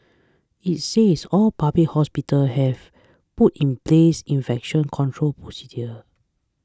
it says all public hospitals have put in place infection control procedures